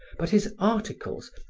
but his articles,